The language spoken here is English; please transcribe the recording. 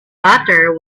latter